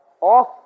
off